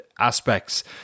aspects